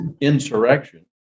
insurrection